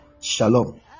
Shalom